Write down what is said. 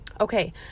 Okay